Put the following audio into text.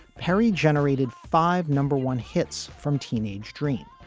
perry generated five number one hits from teenage dream,